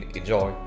enjoy